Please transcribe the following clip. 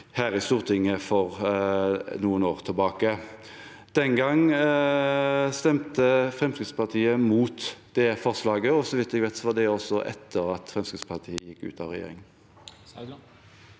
her i Stortinget for noen år siden. Den gang stemte Fremskrittspartiet mot det forslaget, og så vidt jeg vet, var det også etter at Fremskrittspartiet gikk ut av regjering.